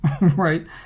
right